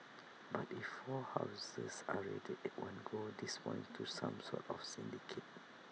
but if four houses are raided at one go this points to some sort of syndicate